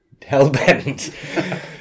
Hellbent